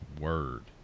Word